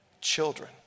children